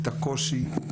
את הקושי,